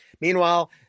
Meanwhile